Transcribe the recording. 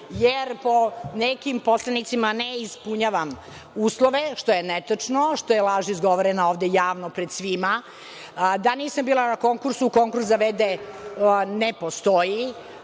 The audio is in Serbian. jer po nekim poslanicima ne ispunjavam uslove, što je netačno, što je laž izgovorena ovde javno, pred svima, da nisam bila na konkursu. Konkurs za v.d. ne postoji.